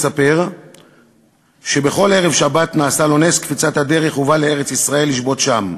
מספר שבכל ערב שבת נעשה לו נס קפיצת הדרך ובא לארץ-ישראל לשבות שם,